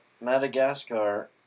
Madagascar